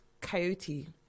Coyote